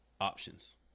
options